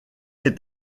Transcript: est